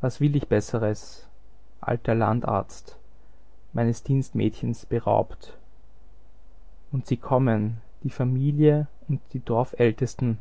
was will ich besseres alter landarzt meines dienstmädchens beraubt und sie kommen die familie und die dorfältesten